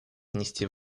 внести